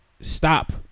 stop